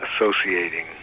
associating